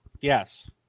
yes